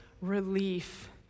relief